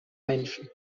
menschen